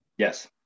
Yes